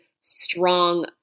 strong